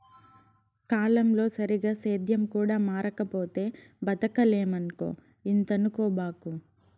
కాలంతో సరిగా సేద్యం కూడా మారకపోతే బతకలేమక్కో ఇంతనుకోబాకు